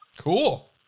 Cool